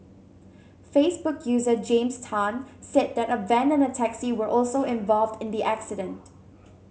Facebook user James Tan said that a van and a taxi were also involved in the accident